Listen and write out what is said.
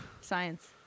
Science